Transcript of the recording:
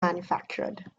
manufactured